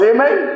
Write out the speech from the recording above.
Amen